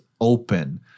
open